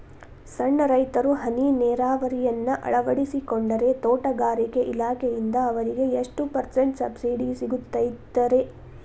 ಸಣ್ಣ ರೈತರು ಹನಿ ನೇರಾವರಿಯನ್ನ ಅಳವಡಿಸಿಕೊಂಡರೆ ತೋಟಗಾರಿಕೆ ಇಲಾಖೆಯಿಂದ ಅವರಿಗೆ ಎಷ್ಟು ಪರ್ಸೆಂಟ್ ಸಬ್ಸಿಡಿ ಸಿಗುತ್ತೈತರೇ?